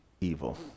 evil